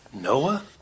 Noah